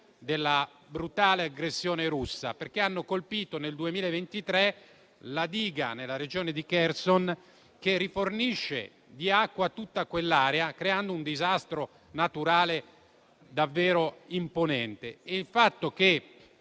della brutale aggressione russa, che nel 2023 ha colpito la diga nella regione di Kherson che rifornisce di acqua tutta quell'area, creando un disastro naturale davvero imponente. Il fatto è che